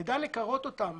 נדע לקרות אותם